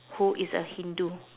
who is a hindu